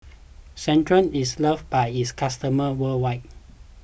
Centrum is loved by its customers worldwide